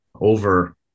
over